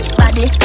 body